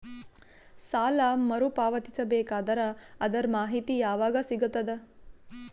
ಸಾಲ ಮರು ಪಾವತಿಸಬೇಕಾದರ ಅದರ್ ಮಾಹಿತಿ ಯವಾಗ ಸಿಗತದ?